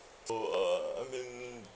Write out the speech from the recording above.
so uh I mean